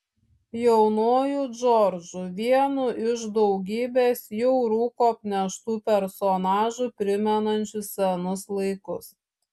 jaunuoju džordžu vienu iš daugybės jau rūko apneštų personažų primenančių senus laikus